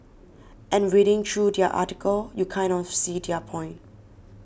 and reading through their article you kind of see their point